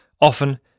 often